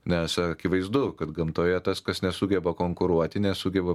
nes akivaizdu kad gamtoje tas kas nesugeba konkuruoti nesugeba